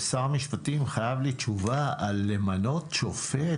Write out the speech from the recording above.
שר המשפטים חייב לי תשובה על מינוי שופט